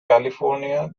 california